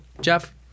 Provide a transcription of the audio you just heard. Jeff